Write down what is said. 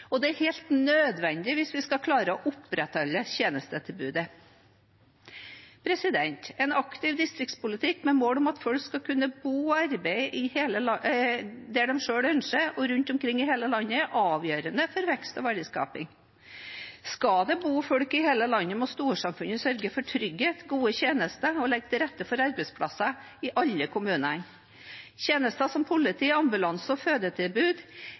folk. Dette er helt nødvendig hvis vi skal klare å opprettholde tjenestetilbudet. En aktiv distriktspolitikk med mål om at folk skal kunne bo og arbeide der de selv ønsker, og i hele landet, er avgjørende for vekst og verdiskaping. Skal det bo folk i hele landet, må storsamfunnet sørge for trygghet, gode tjenester og legge til rette for arbeidsplasser i alle kommuner. Tjenester som politi, ambulanse og fødetilbud